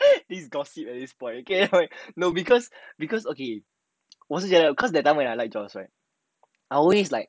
this is gossip at this point okay you know because because okay 我是觉得 because that time when I like joyce right I always like